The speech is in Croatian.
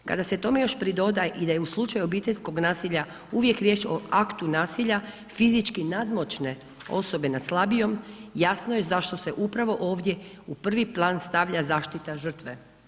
Kada se tome još pridoda i da je i u slučaju obiteljskog nasilja uvijek riječ o aktu nasilja, fizički nadmoćne osobe nad slabijom, jasno je zašto se upravo ovdje u prvi plan stavlja zaštita žrtve.